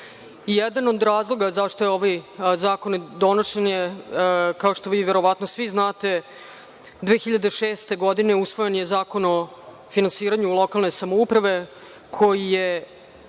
Jedan od razloga zašto je ovaj zakon donesen je, kao što vi verovatno svi znate, 2006. godine usvojen je Zakon o finansiranju lokalne samouprave, kojim